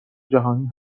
جهانی